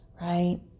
right